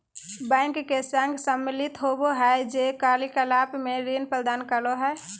bank के संघ सम्मिलित होबो हइ जे कार्य कलाप में ऋण प्रदान करो हइ